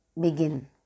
begin